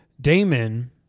Damon